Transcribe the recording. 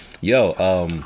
Yo